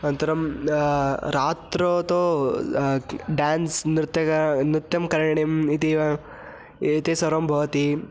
अनन्तरं रात्रौ तु ड्यान्स् नृत्यं गानं नृत्यं करणीयम् इति इति सर्वं भवति